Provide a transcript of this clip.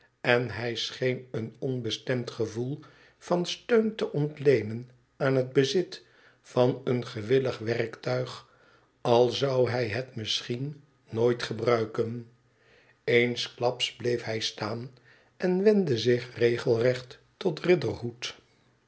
en hij scheen een onbestemd gevoel van steun te ontleenen aan het bezit van een gewillig werktuig al zou hij het misschien nooit gebruiken eensklaps bleef hij staan en wendde zich regelrecht tot riderhood